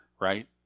right